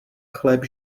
chléb